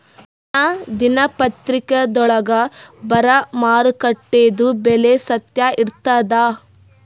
ದಿನಾ ದಿನಪತ್ರಿಕಾದೊಳಾಗ ಬರಾ ಮಾರುಕಟ್ಟೆದು ಬೆಲೆ ಸತ್ಯ ಇರ್ತಾದಾ?